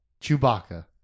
Chewbacca